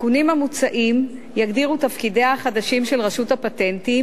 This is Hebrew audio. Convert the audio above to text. התיקונים המוצעים יגדירו את תפקידיה החדשים של רשות הפטנטים